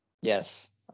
Yes